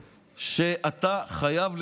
אתה מבין שאתה חייב לשלם.